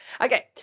Okay